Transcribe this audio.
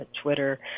twitter